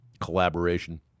collaboration